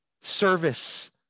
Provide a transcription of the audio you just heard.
Service